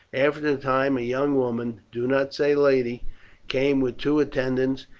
after a time a young woman do not say lady came with two attendants,